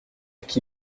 qui